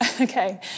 Okay